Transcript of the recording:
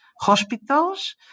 hospitals